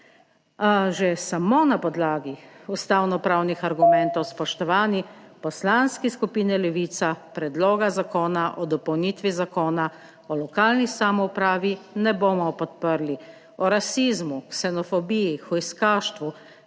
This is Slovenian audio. Že samo na podlagi ustavno pravnih argumentov, spoštovani, v Poslanski skupini Levica predloga zakona o dopolnitvi Zakona o lokalni samoupravi ne bomo podprli. O rasizmu, ksenofobiji, hujskaštvu,